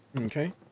Okay